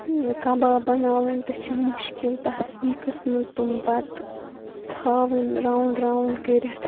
کَباب بَناوٕنۍ تہِ چھِ مُشکِل تَتھ سیٖکَس منٛز تِم پَتہٕ تھاوٕنۍ راوُنٛڈ راوُنٛڈ کٔرِتھ